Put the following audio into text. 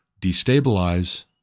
destabilize